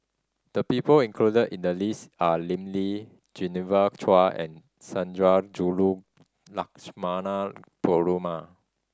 the people included in the list are Lim Lee Genevieve Chua and Sundarajulu Lakshmana Perumal